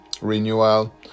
renewal